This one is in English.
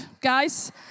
guys